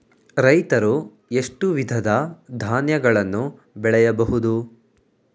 ರೈತರು ಎಷ್ಟು ವಿಧದ ಧಾನ್ಯಗಳನ್ನು ಬೆಳೆಯಬಹುದು?